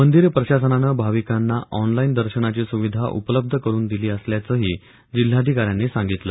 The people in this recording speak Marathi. मंदीर प्रशासनानं भाविकांना ऑनलाईन दर्शनाची सुविधा उपलब्ध करुन दिली असल्याचंही जिल्हाधिकाऱ्यांनी सांगितलं